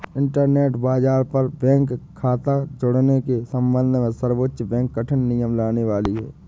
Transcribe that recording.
internet बाज़ार पर bank खता जुड़ने के सम्बन्ध में सर्वोच्च बैंक कठिन नियम लाने वाली है